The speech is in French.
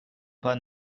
pas